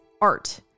art